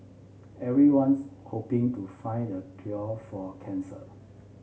everyone's hoping to find the cure for cancer